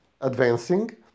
advancing